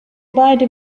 beide